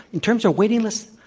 in terms of waiting lists